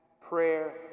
prayer